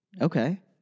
Okay